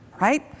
right